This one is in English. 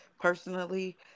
personally